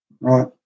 Right